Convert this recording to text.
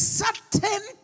certain